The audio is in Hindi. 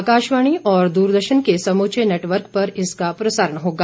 आकाशवाणी और दूरदर्शन के समूचे नेटवर्क पर इसका प्रसारण होगा